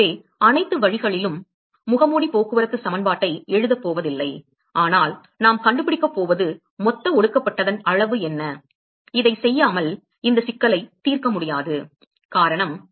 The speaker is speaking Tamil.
எனவே அனைத்து வழிகளிலும் முகமூடி போக்குவரத்து சமன்பாட்டை எழுதப் போவதில்லை ஆனால் நாம் கண்டுபிடிக்கப் போவது மொத்த ஒடுக்கப்பட்டதன் அளவு என்ன இதைச் செய்யாமல் இந்த சிக்கலை தீர்க்க முடியாது காரணம்